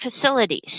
facilities